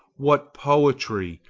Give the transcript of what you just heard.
what poetry,